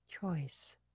choice